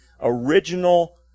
original